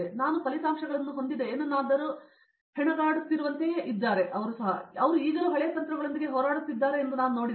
ಹಾಗಾಗಿ ನಾನು ಫಲಿತಾಂಶಗಳನ್ನು ಹೊಂದಿದ ಏನನ್ನಾದರೂ ಹೆಣಗಾಡುತ್ತಿರುವಂತೆಯೇ ಇದ್ದಾರೆ ಮತ್ತು ಅವರು ಈಗಲೂ ಹಳೆಯ ತಂತ್ರಗಳೊಂದಿಗೆ ಹೋರಾಡುತ್ತಿದ್ದಾರೆ ಎಂದು ನಾನು ನೋಡಿದೆ